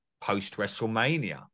post-WrestleMania